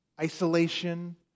isolation